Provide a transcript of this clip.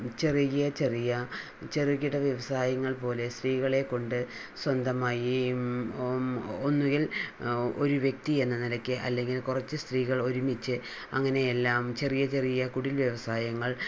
ചെറിയ ചെറിയ ചെറുകിട വ്യവസായങ്ങൾ പോലെ സ്ത്രീകളെ കൊണ്ട് സ്വന്തമായി ഒന്നുകിൽ ഒരു വ്യക്തിയെന്ന നിലയ്ക്ക് അല്ലെങ്കിൽ കുറച്ച് സ്ത്രീകൾ ഒരുമിച്ച് അങ്ങനെയെല്ലാം ചെറിയ ചെറിയ കുടിൽ വ്യവസായങ്ങൾ